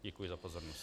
Děkuji za pozornost.